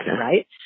right